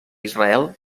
israel